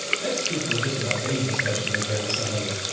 that's true for just about any discussion that you have with somebody.